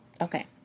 Okay